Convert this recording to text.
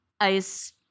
ICE